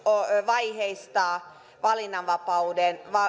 vaiheistaa valinnanvapauden